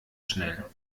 schnell